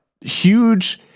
huge